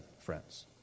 friends